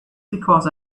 because